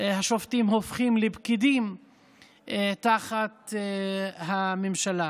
השופטים הופכים לפקידים תחת הממשלה.